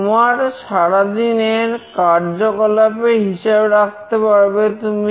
তোমার সারাদিনের কার্যকলাপের হিসাব রাখতে পারবে তুমি